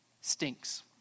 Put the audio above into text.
stinks